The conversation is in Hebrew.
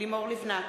לימור לבנת,